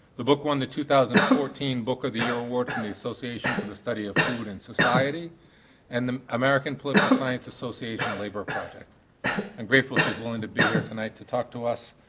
the book won the two thousand and fourteen book of the year award from the association for the study of food and society and the american political science association labor project i'm grateful she's willing to be here tonight to talk to us.